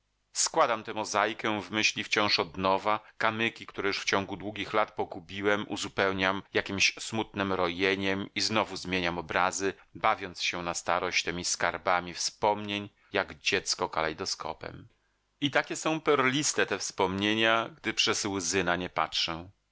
składam tę mozajkę w myśli wciąż od nowa kamyki które już w ciągu długich lat pogubiłem uzupełniam jakiemś smutnem rojeniem i znowu zmieniam obrazy bawiąc się na starość temi skarbami wspomnień jak dziecko kalejdoskopem i takie są perliste te wspomnienia gdy przez łzy na nie patrzę